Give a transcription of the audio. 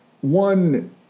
One